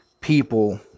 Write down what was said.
people